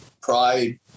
pride